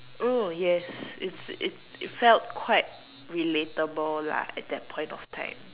oh yes it's it it felt quite relatable lah at that point of time